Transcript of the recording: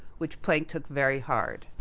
which planck took very hard.